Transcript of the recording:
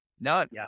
None